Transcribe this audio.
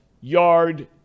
yard